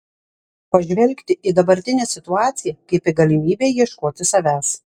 pažvelgti į dabartinę situaciją kaip į galimybę ieškoti savęs